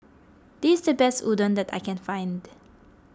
this is the best Udon that I can find